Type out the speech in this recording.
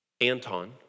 Anton